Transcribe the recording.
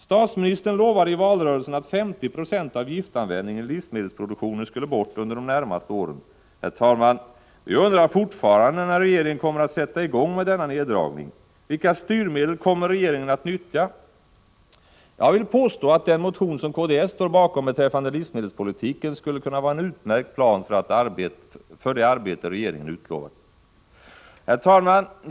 Statsministern lovade i valrörelsen att 50 26 av giftanvändningen i livsmedelsproduktionen skulle bort under de närmaste åren. Herr talman! Jag undrar fortfarande när regeringen kommer att sätta i gång med denna neddragning. Vilka styrmedel kommer regeringen att nyttja? Jag vill påstå att den motion som kds står bakom beträffande livsmedelspolitiken skulle kunna vara en utmärkt plan för det arbete regeringen utlovat. Herr talman!